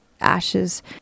ashes